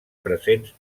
presents